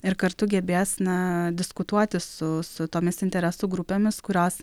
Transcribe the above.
ir kartu gebės na diskutuoti su su tomis interesų grupėmis kurios